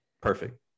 Perfect